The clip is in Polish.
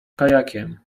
kajakiem